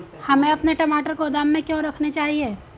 हमें अपने टमाटर गोदाम में क्यों रखने चाहिए?